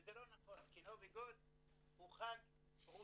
וזה לא נכון כי נובי גוד הוא חג רוסי,